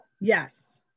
Yes